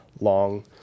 long